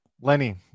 lenny